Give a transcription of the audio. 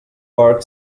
park